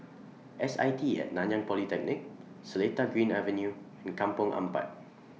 S I T Nanyang Polytechnic Seletar Green Avenue and Kampong Ampat